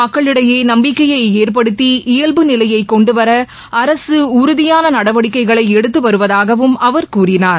மக்களிடையேநம்பிக்கையைஏற்படுத்தி இயல்பு நிலையைகொண்டுவரஅரசுஉறுதியானநடவடிக்கைகளைஎடுத்துவருவதாகவும் அவர் கூறினார்